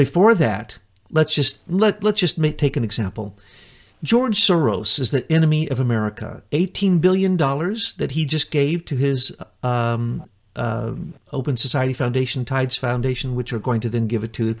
before that let's just let let's just take an example george soros is the enemy of america eighteen billion dollars that he just gave to his open society foundation tides foundation which we're going to then give it to